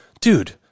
dude